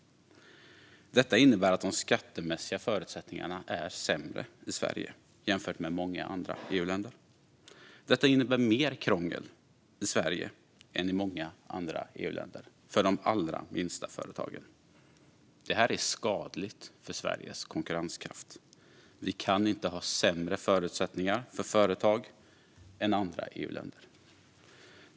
Detta innebär att de skattemässiga förutsättningarna är sämre i Sverige jämfört med i många andra EU-länder. Det innebär mer krångel i Sverige än i många andra EU-länder för de allra minsta företagen. Detta är skadligt för Sveriges konkurrenskraft. Vi kan inte ha sämre förutsättningar för företag än andra EU-länder.